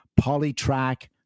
Polytrack